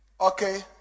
okay